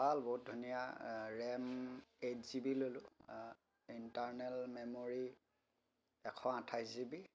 ভাল বহুত ধুনীয়া ৰেম এইট জি বি ল'লোঁ ইন্টাৰনেল মেম'ৰী এশ আঠাইছ জি বি